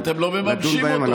רק אתם לא מממשים אותו.